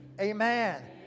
Amen